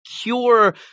cure